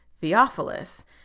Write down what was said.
Theophilus